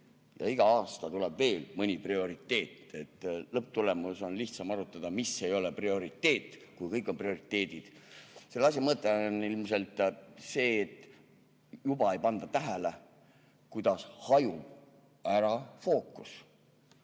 ja iga aasta tuleb veel mõni prioriteet. Lõpptulemusena on lihtsam arutleda, mis ei ole prioriteet, kui kõik on prioriteedid. Selle asja mõte on ilmselt see, et ei panda tähele, kuidas fookus